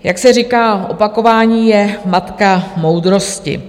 Jak se říká, opakování je matka moudrosti.